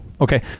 Okay